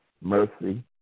mercy